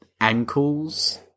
ankles